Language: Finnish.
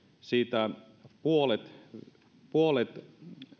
siitä puolet puolet